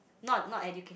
not not education